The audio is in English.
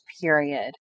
period